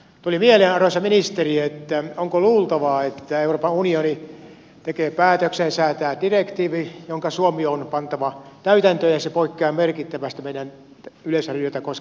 tuli mieleen arvoisa ministeri onko luultavaa että euroopan unioni tekee päätöksen ja säätää direktiivin joka suomen on pantava täytäntöön ja se poikkeaa merkittävästi meidän yleisradiota koskevasta tulevasta päätöksestämme